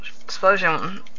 explosion